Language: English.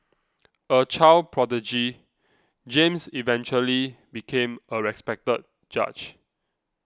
a child prodigy James eventually became a respected judge